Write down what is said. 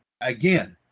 Again